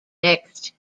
next